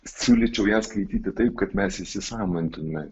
siūlyčiau ją skaityti taip kad mes įsisąmonintume